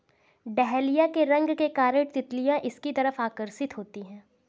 dahlia के रंग के कारण तितलियां इसकी तरफ आकर्षित होती हैं